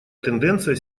тенденция